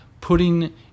putting